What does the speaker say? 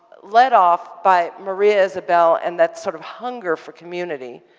led off by maria isabelle and that sort of hunger for community,